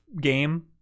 game